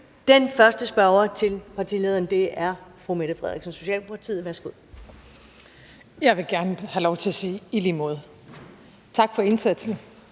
Den første spørger til partilederen er fru Mette Frederiksen, Socialdemokratiet. Værsgo. Kl. 15:52 Mette Frederiksen (S): Jeg vil gerne have lov til at sige: I lige måde. Tak for indsatsen